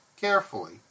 carefully